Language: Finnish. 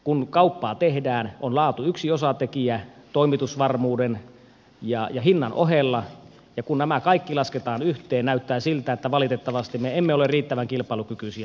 kun kauppaa tehdään on laatu yksi osatekijä toimitusvarmuuden ja hinnan ohella ja kun nämä kaikki lasketaan yhteen näyttää siltä että valitettavasti me emme ole riittävän kilpailukykyisiä